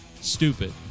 stupid